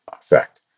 effect